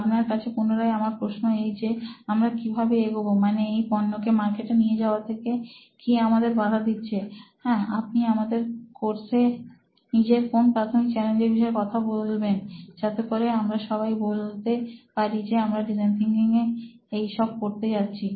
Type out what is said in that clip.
আপনার কাছে পুনরায় আমার প্রশ্ন এই যে আমরা কিভাবে এগোবো মানে এই পণ্য কি মার্কেটে নিয়ে যাওয়া থেকে কি আমাদের বাধা দিচ্ছে এবং আপনি আমাদের কোর্সে নিজের কোন প্রাথমিক চ্যালেঞ্জের বিষয়ে কথা বলবেন যাতে করে আমরা সবাই বলতে পারি যে আমরা ডিজাইন থিনকিং এইসব করতে যাচ্ছি